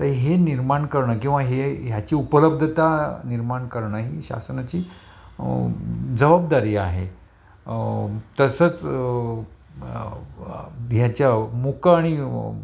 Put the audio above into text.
तर हे निर्माण करणं किंवा हे ह्याची उपलब्धता निर्माण करणं ही शासनाची जवाबदारी आहे तसंच ह्याच्या मुकं आणि